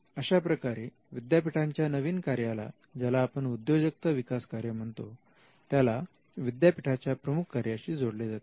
अशाप्रकारे विद्यापीठांच्या नवीन कार्याला ज्याला आपण उद्योजकता विकास कार्य म्हणतो त्याला विद्यापीठांच्या प्रमुख कार्यांशी जोडले जाते